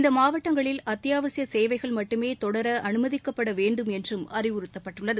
இந்த மாவட்டங்களில் அத்தியாவசிய சேவைகள் மட்டுமே தொடர அனுமதிக்கப்பட வேண்டும் என்றும் அறிவுறுத்தப்பட்டுள்ளது